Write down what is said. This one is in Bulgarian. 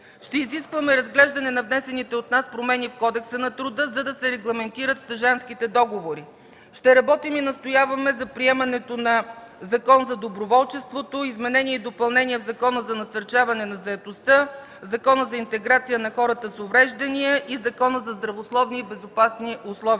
Ще изискваме разглеждане на внесените от нас промени в Кодекса на труда, за да се регламентират стажантските договори. Ще работим и настояваме за приемане на Закон за доброволчеството; за изменение и допълнение на Закона за насърчаване на заетостта, Закона за интеграция на хората с увреждания и Закона за здравословни и безопасни условия